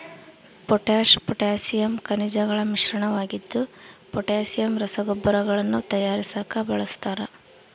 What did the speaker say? potash potassium ಖನಿಜಗಳ ಮಿಶ್ರಣವಾಗಿದ್ದು potassium ರಸಗೊಬ್ಬರಗಳನ್ನು ತಯಾರಿಸಾಕ ಬಳಸ್ತಾರ